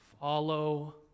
Follow